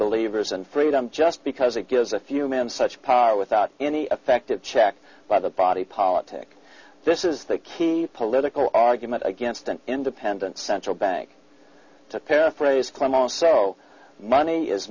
believe yours and freedom just because it gives a few men such power without any effective check by the body politic this is the key political argument against an independent central bank to paraphrase clem also money is